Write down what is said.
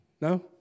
No